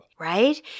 Right